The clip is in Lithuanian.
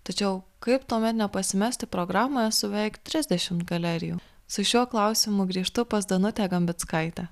tačiau kaip tuomet nepasimesti programoje su beveik trisdešimt galerijų su šiuo klausimu grįžtu pas danutę gambickaitę